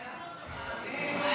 סליחה.